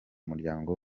muryango